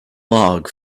log